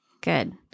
good